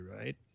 right